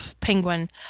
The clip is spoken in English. Penguin